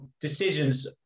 decisions